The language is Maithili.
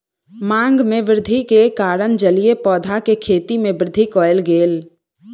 मांग में वृद्धि के कारण जलीय पौधा के खेती में वृद्धि कयल गेल